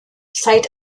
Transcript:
seit